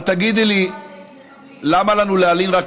אתה יודע שלא מדובר פה